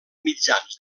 mitjans